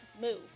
move